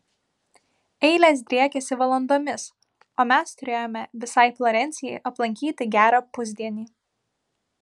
eilės driekiasi valandomis o mes teturėjome visai florencijai aplankyti gerą pusdienį